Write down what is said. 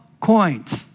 coins